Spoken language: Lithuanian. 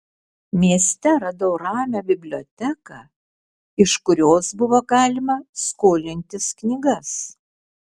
mieste radau ramią biblioteką iš kurios buvo galima skolintis knygas